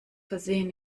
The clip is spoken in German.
versehen